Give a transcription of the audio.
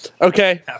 okay